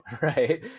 Right